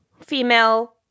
female